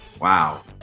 Wow